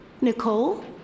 Nicole